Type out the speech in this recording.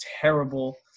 terrible